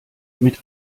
mit